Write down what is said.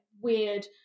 weird